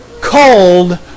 cold